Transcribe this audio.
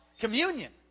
communion